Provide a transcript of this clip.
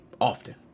often